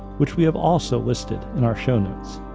which we have also listed in our show notes.